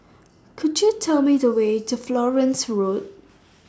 Could YOU Tell Me The Way to Florence Road